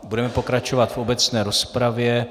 Budeme pokračovat v obecné rozpravě.